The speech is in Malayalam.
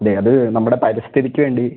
അതെ അത് നമ്മുടെ പരിസ്ഥിതിക്ക് വേണ്ടി